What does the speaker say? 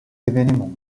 événements